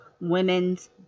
Women's